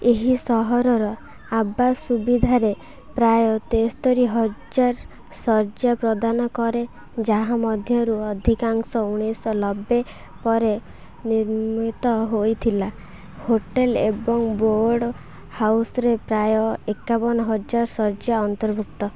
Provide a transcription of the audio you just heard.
ଏହି ସହରର ଆବା ସୁବିଧାରେ ପ୍ରାୟ ତେସ୍ତରୀହଜାର ଶଯ୍ୟା ପ୍ରଦାନ କରେ ଯାହା ମଧ୍ୟରୁ ଅଧିକାଂଶ ଉଣେଇଶହ ନବେ ପରେ ନିର୍ମିତ ହେଇଥିଲା ହୋଟେଲ୍ ଏବଂ ବୋର୍ଡ଼୍ ହାଉସ୍ରେ ପ୍ରାୟ ଏକାବନ ହଜାର ଶଯ୍ୟା ଅନ୍ତର୍ଭୁକ୍ତ